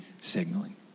signaling